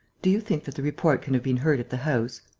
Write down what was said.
do you think that the report can have been heard at the house?